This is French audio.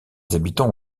habitants